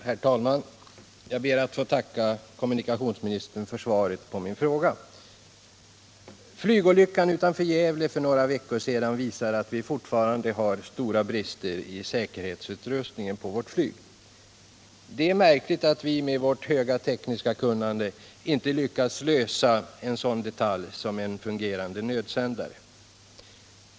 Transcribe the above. Herr talman! Jag ber att få tacka kommunikationsministern för svaret på min fråga. Flygolyckan utanför Givle för några veckor sedan visar att det fortfarande finns stora risker i säkerhetsutrustningen på vårt flyg. Det är märkligt att vi med vårt stora tekniska kunnande inte lyckats åstadkomma en sådan detalj som en fungerande nödsändare.